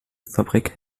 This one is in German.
fabrik